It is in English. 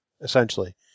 essentially